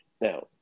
Now